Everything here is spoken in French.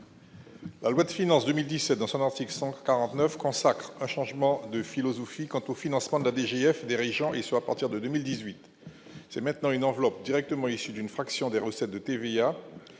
La loi de finances 2017 dans son article 149 consacre un changement de philosophie quant au financement de la DGF dirigeants et soit partir de 2018, c'est maintenant une enveloppe directement issu d'une fraction des recettes de TVA,